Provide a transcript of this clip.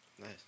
Nice